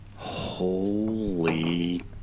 Holy